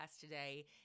today